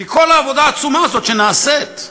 כי כל העבודה העצומה הזאת שנעשית,